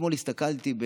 אתמול הסתכלתי,